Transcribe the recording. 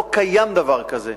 לא קיים דבר כזה.